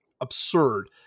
absurd